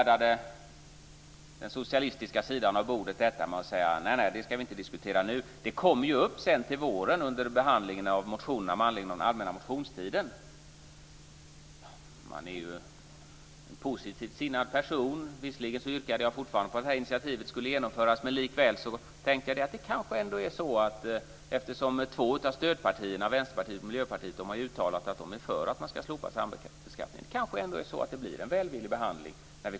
Den socialistiska sidan av bordet avfärdade detta med att vi inte skulle diskutera det då, eftersom det skulle komma upp till våren under behandlingen av motionerna med anledning av den allmänna motionstiden. Jag yrkade fortfarande på att det här initiativet skulle genomföras, men eftersom jag är en positiv person tänkte jag att det kanske ändå skulle bli en välvillig behandling när vi återkom till utskottet under våren. De två stödpartierna, Västerpartiet och Miljöpartiet, har ju uttalat att de är för att man ska slopa sambeskattningen.